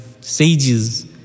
sages